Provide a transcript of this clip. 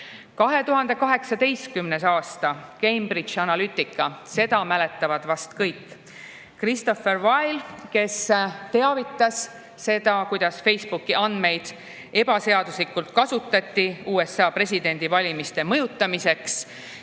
2018. aasta, Cambridge Analytica – seda mäletavad vast kõik. Christopher Wylie, kes teavitas sellest, kuidas Facebooki andmeid ebaseaduslikult kasutati USA presidendivalimiste mõjutamiseks,